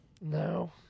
No